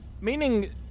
Meaning